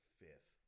fifth